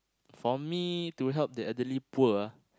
for me to help the elderly poor